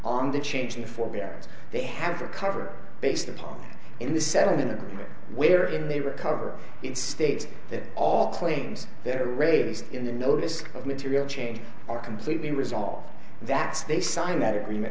on the change in forbearance they have to cover based upon in the settlement agreement where in they recover it states that all claims that are raised in the notice of material change are completely resolved that they signed that agreement